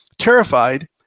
Terrified